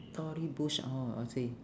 tory burch ah orh okay